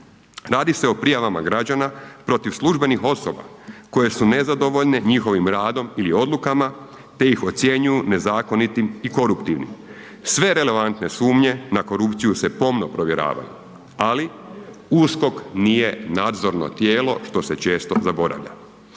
Radi se o prijavama građana protiv službenih osoba koje su nezadovoljene njihovim radom ili odlukama te iz ocjenjuju nezakonitim i koruptivnim. Sve relevantne sumnje na korupciju se pomno provjeravaju, ali USKOK nije nadzorno tijelo što se često zaboravlja.